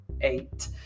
eight